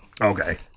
Okay